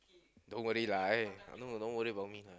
don't worry lah eh I know don't worry about me lah